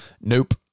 Nope